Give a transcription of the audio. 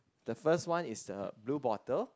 the first one is the blue bottle